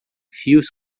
fios